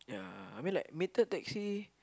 ya I mean like metered taxi